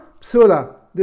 p'sula